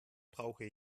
brauche